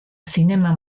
zinema